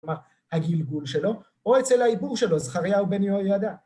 כלומר הגלגול שלו, או אצל העיבור שלו, זכריהו בן יהוידע.